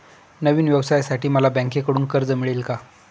नवीन व्यवसायासाठी मला बँकेकडून कर्ज मिळेल का?